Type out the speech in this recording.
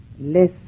less